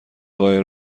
قایق